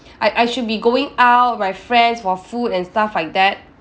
I I should be going out with my friends for food and stuff like that